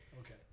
Okay